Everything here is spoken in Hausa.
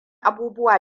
abubuwa